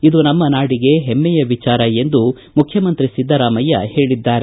ಇದು ನಮ್ಮ ನಾಡಿಗೆ ಹೆಮ್ಮೆಯ ವಿಚಾರ ಎಂದು ಮುಖ್ತಮಂತ್ರಿ ಸಿದ್ದರಾಮಯ್ಯ ಪೇಳಿದ್ದಾರೆ